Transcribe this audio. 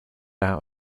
out